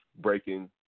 breaking